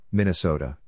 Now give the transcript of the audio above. Minnesota